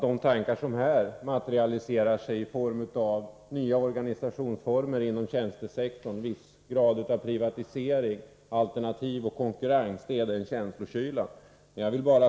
De tankar som här materialiseras i form av nya organisationsformer inom tjänstesektorn, viss grad av privatisering, alternativ och konkurrens beskrivs alltså som känslokyla.